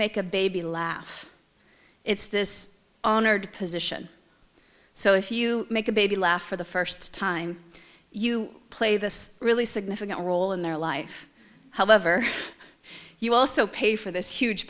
make a baby laugh it's this honored position so if you make a baby laugh for the first time you play this really significant role in their life however you also pay for this huge